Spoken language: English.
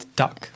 duck